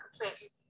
completely